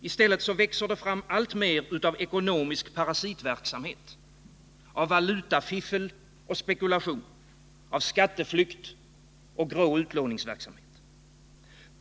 I stället växer det fram alltmer av ekonomisk parasitverksamhet: valutafiffel och spekulation, skatteflykt och grå utlåningsverksamhet.